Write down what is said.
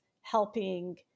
helping